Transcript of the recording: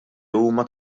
huma